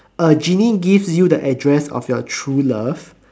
a genie gives you the address of your true love